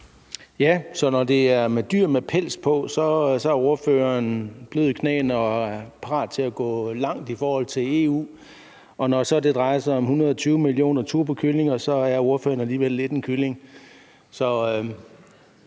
Så når det er dyr med pels på, er ordføreren blød i knæene og parat til at gå langt i forhold til EU, og når det så drejer sig om 120 millioner turbokyllinger, er ordføreren alligevel lidt en kylling.